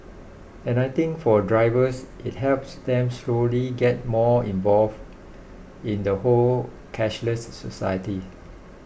and I think for drivers it helps them slowly get more involved in the whole cashless society